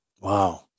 Wow